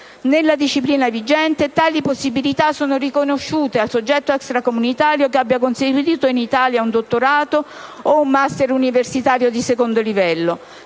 Nella disciplina vigente, tali possibilità sono riconosciute al soggetto extracomunitario che abbia conseguito in Italia un dottorato o un *master* universitario di secondo livello.